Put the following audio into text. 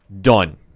Done